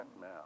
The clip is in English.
Now